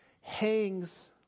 hangs